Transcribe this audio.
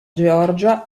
georgia